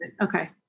Okay